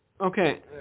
Okay